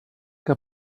que